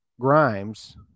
Grimes